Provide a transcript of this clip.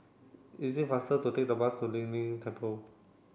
is it faster to take the bus to Lei Yin Temple